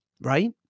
right